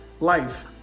life